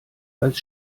als